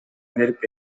берип